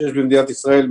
שיש במדינת ישראל,